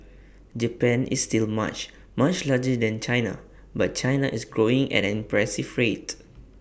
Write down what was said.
Japan is still much much larger than China but China is growing at an impressive rate